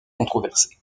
controversée